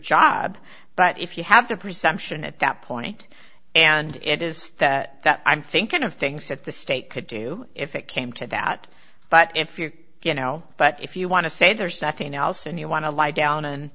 job but if you have the presumption at that point and it is that that i'm thinking of things that the state could do if it came to that but if you you know but if you want to say there's nothing else and you want to lie down